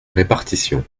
répartition